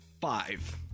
Five